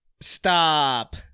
Stop